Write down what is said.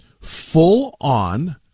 Full-on